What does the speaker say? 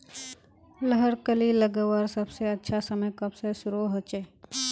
लहर कली लगवार सबसे अच्छा समय कब से शुरू होचए?